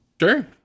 sure